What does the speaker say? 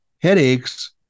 headaches